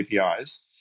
APIs